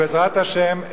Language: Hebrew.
בעזרת השם,